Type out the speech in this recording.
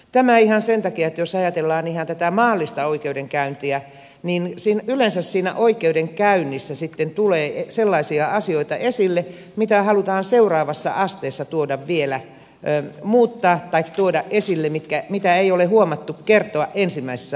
tämä ihan sen takia että jos ajatellaan ihan tätä maallista oikeudenkäyntiä niin yleensä siinä oikeudenkäynnissä sitten tulee esille sellaisia asioita mitä halutaan vielä seuraavassa asteessa muuttaa tai tuoda esille mitä ei ole huomattu kertoa ensimmäisessä vaiheessa